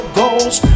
goals